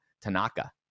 Tanaka